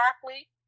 broccoli